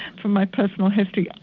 from my personal history.